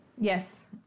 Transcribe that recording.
Yes